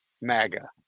MAGA